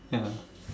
ya